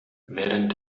während